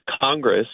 Congress